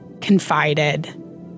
confided